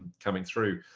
coming through.